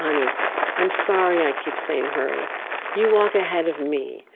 honey i'm sorry i keep saying hurry you walk ahead of me.